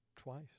twice